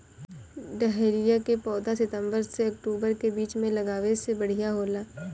dahlia के पौधा सितंबर से अक्टूबर के बीच में लागावे से बढ़िया होला